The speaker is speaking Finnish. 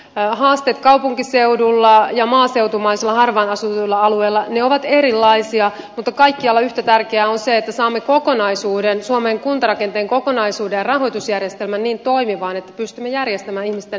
haasteet kaupunkiseudulla ja maaseutumaisilla harvaan asutuilla alueilla ovat erilaisia mutta kaikkialla yhtä tärkeää on se että saamme kokonaisuuden suomen kuntarakenteen kokonaisuuden ja rahoitusjärjestelmän niin toimimaan että pystymme järjestämään ihmisten palvelut tulevaisuudessa